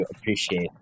appreciate